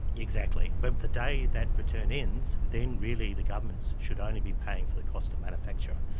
exactly. but the day that return ends, then really the governments should only be paying for the cost of manufacture.